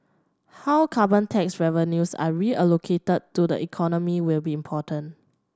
how carbon tax revenues are reallocated to the economy will be important